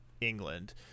England